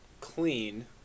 clean